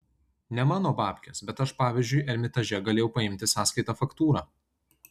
ne mano babkės bet aš pavyzdžiui ermitaže galėjau paimti sąskaitą faktūrą